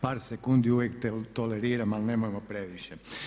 Par sekundi uvijek toleriram ali nemojmo previše.